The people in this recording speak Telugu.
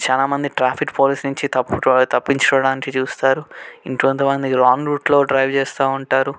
చాలా మంది ట్రాఫిక్ పోలీస్ నుంచి తప్పుకో తప్పించుకోవడానికి చూస్తారు ఇంకొంత మంది రాంగ్ రూట్లో డ్రైవ్ చేస్తూ ఉంటారు